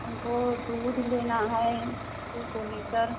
हम को दूध लेना है दो सौ लीटर